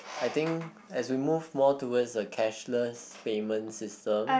I think as we move more towards the cashless payment system